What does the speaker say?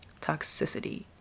Toxicity